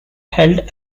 held